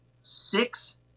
six